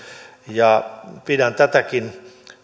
pidän tätäkin